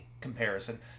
comparison